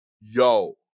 Yo